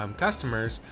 um customers,